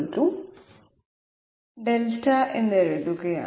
c δ എന്ന് എഴുതുകയാണ്